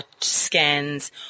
Scans